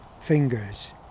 fingers